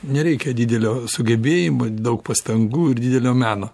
nereikia didelio sugebėjimo daug pastangų ir didelio meno